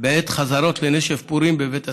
בעת חזרות לנשף פורים בבית הספר.